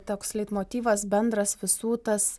toks leitmotyvas bendras visų tas